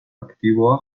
aktiboa